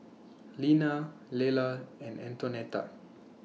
Lina Lela and Antonetta